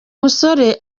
musore